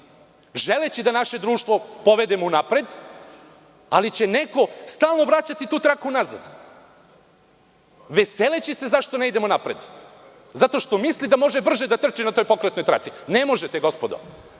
želeći da naše društvo povedemo unapred, ali će neko stalno vraćati tu traku unazad, veseleći se zašto ne idemo unapred. Zato što misli da može brže da trči na toj pokretnoj traci. Ne možete, gospodo.